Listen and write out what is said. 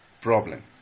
problem